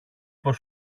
πως